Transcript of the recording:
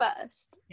first